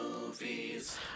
movies